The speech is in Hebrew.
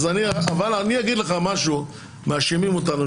מאשימים אותנו,